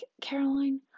Caroline